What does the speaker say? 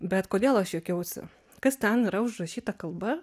bet kodėl aš juokiausi kas ten yra užrašyta kalba